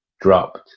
dropped